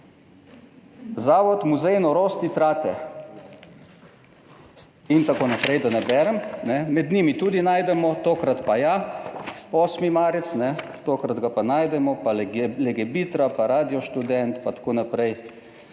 Zavod Muzej norosti Trate in tako naprej, da ne berem. Med njimi, tudi najdemo, tokrat pa ja, 8. marec, kajne, tokrat ga pa najdemo, pa Legebitra, pa Radio študent, pa tako naprej,